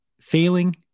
failing